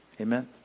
Amen